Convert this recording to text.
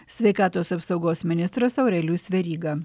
sveikatos apsaugos ministras aurelijus veryga